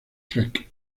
trek